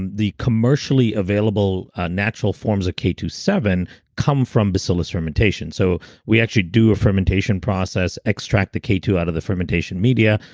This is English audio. and the commercially available natural forms of k two seven come from bacillus fermentation. so we actually do a fermentation process, extract the k two out of the fermentation media,